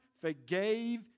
forgave